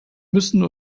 müssen